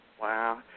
Wow